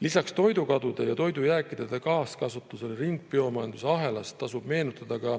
Lisaks toidukadudele ja toidujääkide taaskasutusele ringbiomajanduse ahelas tasub meenutada